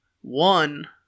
One